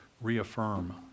reaffirm